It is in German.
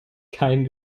kein